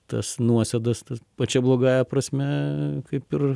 tas nuosėdas tas pačia blogąja prasme kaip ir